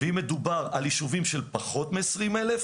אם מדובר על יישובים של פחות מ-20,000,